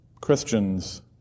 Christians